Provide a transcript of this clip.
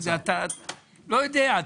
לא יודע.